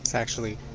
actually